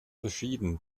verschieden